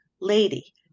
Lady